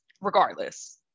regardless